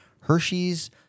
Hershey's